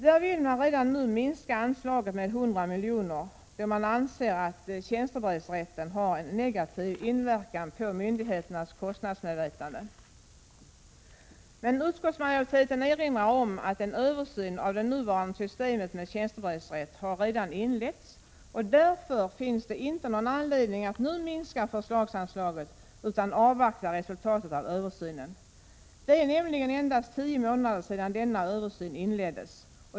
Där vill man redan nu minska anslaget med 100 miljoner, då man anser att tjänstebrevsrätten har en negativ inverkan på myndigheternas kostnadsmedvetande. Utskottsmajoriteten erinrar om att en översyn av det nuvarande systemet med tjänstebrevsrätt redan har inletts. Därför finns det ingen anledning att nu minska förslagsanslaget, utan vi bör avvakta resultatet av översynen. Det är endast tio månader sedan denna översyn inleddes.